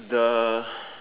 the